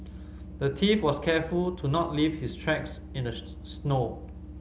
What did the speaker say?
the thief was careful to not leave his tracks in the snow